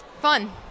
Fun